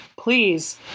please